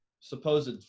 supposed